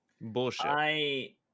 Bullshit